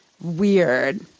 weird